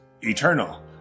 eternal